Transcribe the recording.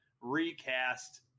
recast